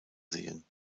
sehen